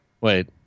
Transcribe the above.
Wait